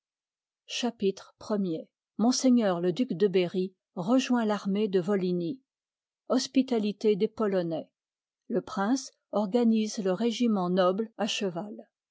chapitrbi m le duc de berry rejoint l'armée de volhinie hospitalité des polonais le prince organise le régiment noble à cheval